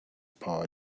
power